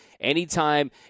anytime